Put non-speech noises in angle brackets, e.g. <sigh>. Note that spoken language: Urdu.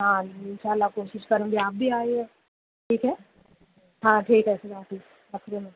ہاں ان شاء اللہ کوشش کروں گی آپ بھی آئیے ٹھیک یے ہاں ٹھیک ہے اللہ حافظ <unintelligible>